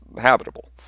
habitable